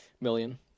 million